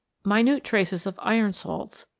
minute traces of iron salts,